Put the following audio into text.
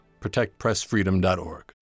ProtectPressFreedom.org